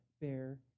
bear